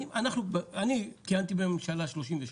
אני כיהנתי בממשלה ה-32,